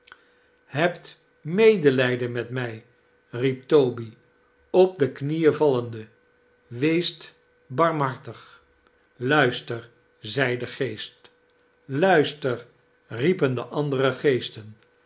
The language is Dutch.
hebt medelijden met mij riep toby op de knieen vallende weest barmhartig i luister zei de geest luister riepen de andere geesten